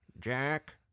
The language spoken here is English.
Jack